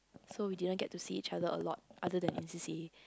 so we didn't get to see each other a lot other than in c_c_a